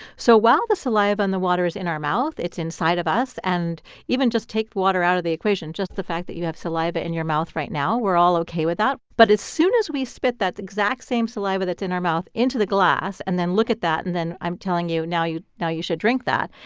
so while the saliva and the water is in our mouth, it's inside of us and even just take water out of the equation. just the fact that you have saliva in your mouth right now, we're all ok with that. but as soon as we spit that exact same saliva that's in our mouth into the glass, and then look at that and then, i'm telling you now you now you should drink that,